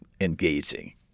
engaging